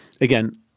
Again